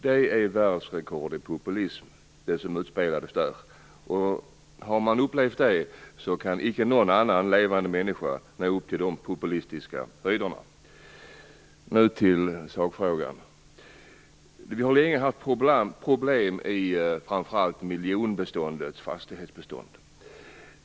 Det som utspelades där var världsrekord i populism. Har man upplevt det kan icke någon annan levande människa nå upp till de populistiska höjderna. Nu till sakfrågan. Vi har länge haft problem i framför allt miljonprogrammets fastighetsbestånd.